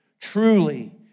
truly